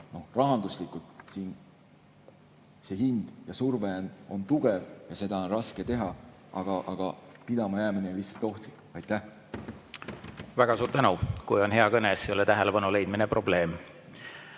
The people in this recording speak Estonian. küll rahanduslikult [kallis] ja surve on tugev ja seda on raske teha, aga pidama jäämine on lihtsalt ohtlik. Aitäh! Väga suur tänu! Kui on hea kõne, siis ei ole tähelepanu leidmine probleem.